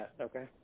Okay